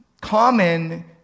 common